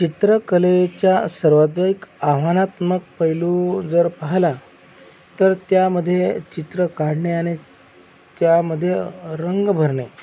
चित्रकलेचा सर्वाधिक आव्हानात्मक पैलू जर पाहिला तर त्यामध्ये चित्र काढणे आणि त्यामध्ये रंग भरणे